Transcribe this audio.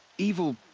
evil.